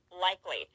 likely